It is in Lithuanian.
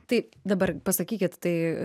tai dabar pasakykit tai